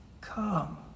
Come